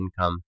income